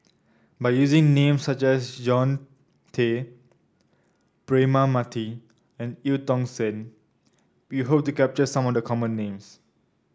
by using names such as John Tay Braema Mathi and Eu Tong Sen we hope to capture some of the common names